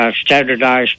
standardized